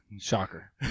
Shocker